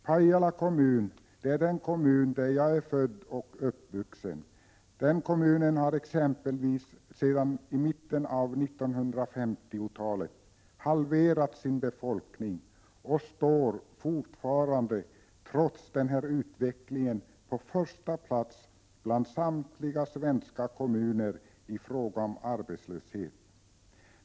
Pajala kommun, där jag är född och uppvuxen, har exempelvis sedan mitten av 1950-talet halverat sin befolkning och står fortfarande, trots denna utveckling, på första plats bland samtliga svenska kommuner i fråga om arbetslöshet.